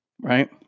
right